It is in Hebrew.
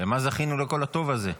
למה זכינו לכל הטוב הזה?